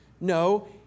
No